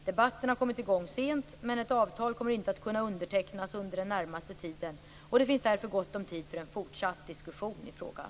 Debatten har kommit i gång sent, men ett avtal kommer inte att kunna undertecknas under den närmaste tiden. Därför finns det gott om tid för en fortsatt diskussion i frågan.